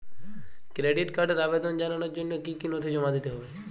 Credit কার্ডের আবেদন জানানোর জন্য কী কী নথি জমা দিতে হবে?